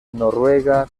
noruega